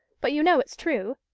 but you know it's true.